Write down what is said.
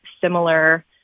similar